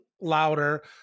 louder